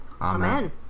Amen